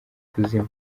kuzima